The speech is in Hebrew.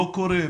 לא קורה?